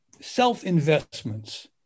self-investments